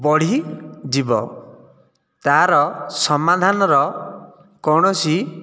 ବଢ଼ିଯିବ ତାର ସମାଧାନର କୌଣସି